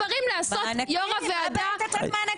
אני מתכבד לפתוח את ישיבת ועדת הכנסת.